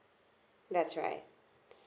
that's right